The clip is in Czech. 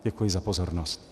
Děkuji za pozornost.